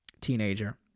teenager